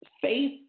Faith